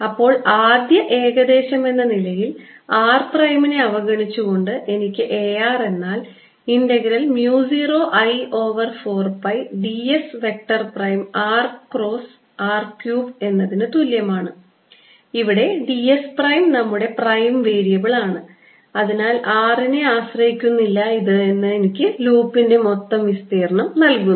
അപ്പോൾ ആദ്യ ഏകദേശമെന്ന നിലയിൽ ആർ പ്രൈമിനെ അവഗണിച്ചുകൊണ്ട് എനിക്ക് A r എന്നാൽ integral mu 0 I over 4 pi ds vector prime cross r over r cube എന്നതിനു തുല്യമാണ് ഇവിടെ ds പ്രൈം നമ്മുടെ പ്രൈം വേരിയബിൾ ആണ് അതിനാൽ r നെ ആശ്രയിക്കുന്നില്ല ഇത് എനിക്ക് ലൂപ്പിന്റെ മൊത്തം വിസ്തീർണ്ണം നൽകുന്നു